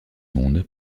monde